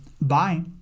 Bye